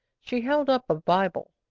she held up a bible.